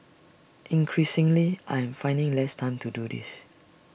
increasingly I am finding less time to do this